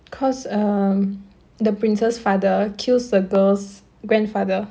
cause um the prince's father kills the girls' grandfather